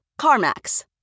CarMax